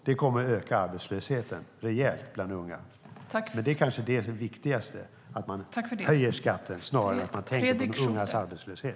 Det kommer att öka arbetslösheten bland unga rejält. Men det kanske är det viktigaste att man höjer skatten, snarare än att man tänker på de ungas arbetslöshet.